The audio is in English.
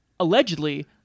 Allegedly